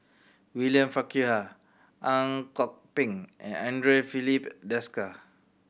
William Farquhar Ang Kok Peng and Andre Filipe Desker